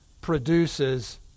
produces